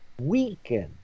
weaken